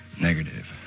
negative